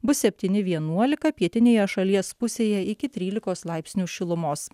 bus septyni vienuolika pietinėje šalies pusėje iki trylikos laipsnių šilumos